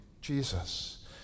Jesus